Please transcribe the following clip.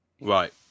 Right